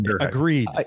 agreed